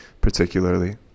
particularly